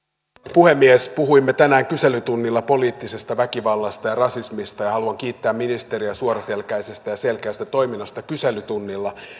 puhemies puhuimme tänään kyselytunnilla poliittisesta väkivallasta ja rasismista ja haluan kiittää ministeriä suoraselkäisestä ja selkeästä toiminnasta kyselytunnilla